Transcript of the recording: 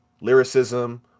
lyricism